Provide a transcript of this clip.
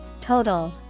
Total